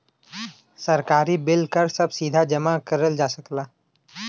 सरकारी बिल कर सभ सीधा जमा करल जा सकेला